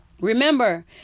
Remember